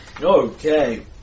Okay